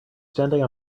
standing